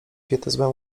pietyzmem